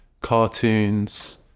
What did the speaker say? cartoons